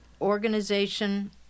organization